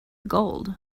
gold